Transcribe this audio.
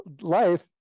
life